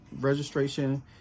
registration